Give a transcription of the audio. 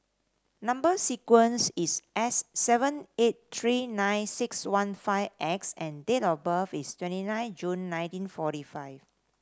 number sequence is S seven eight three nine six one five X and date of birth is twenty nine June nineteen forty five